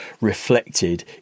reflected